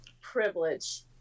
privilege